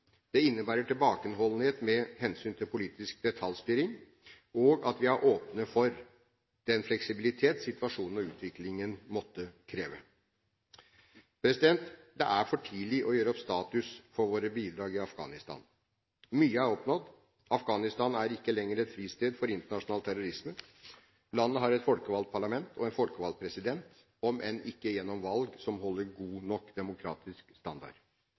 Det innebærer tilbakeholdenhet med hensyn til politisk detaljstyring og at vi er åpne for den fleksibilitet situasjonen og utviklingen måtte kreve. Det er for tidlig å gjøre opp status for våre bidrag i Afghanistan. Mye er oppnådd. Afghanistan er ikke lenger et fristed for internasjonal terrorisme. Landet har et folkevalgt parlament og en folkevalgt president – om enn ikke gjennom valg som holder god nok demokratisk standard.